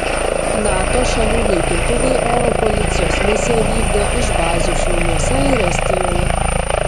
nato šalių naikintuvai oro policijos misiją vykdo iš bazių šiauliuose ir estijoje